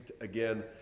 again